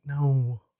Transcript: No